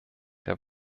der